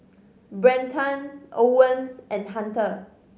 Brenton Owens and Hunter